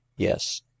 yes